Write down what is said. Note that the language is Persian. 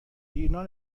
ایرنا